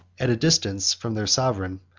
at a distance from their sovereign,